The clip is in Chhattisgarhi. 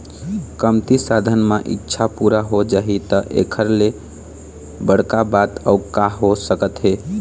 कमती साधन म इच्छा पूरा हो जाही त एखर ले बड़का बात अउ का हो सकत हे